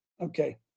Okay